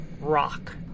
Rock